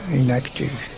inactive